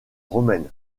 romaine